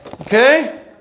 okay